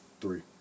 Three